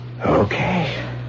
Okay